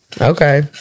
Okay